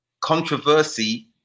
controversy